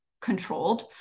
controlled